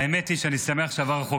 האמת היא שאני שמח שהחוק הזה עבר.